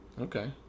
Okay